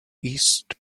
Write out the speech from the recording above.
east